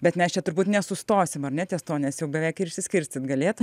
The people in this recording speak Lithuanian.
bet mes čia turbūt nesustosim ar ne ties tuo nes jau beveik ir išsiskirstyt galėtume